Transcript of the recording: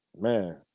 man